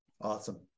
Awesome